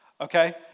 Okay